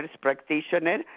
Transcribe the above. practitioner